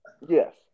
Yes